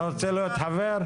אתה רוצה להיות חבר?